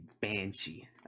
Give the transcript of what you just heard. Banshee